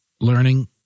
learning